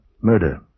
murder